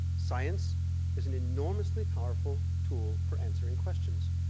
science is an enormously powerful tool for answering questions.